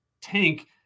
tank